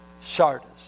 Sardis